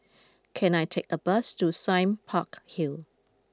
can I take a bus to Sime Park Hill